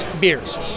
beers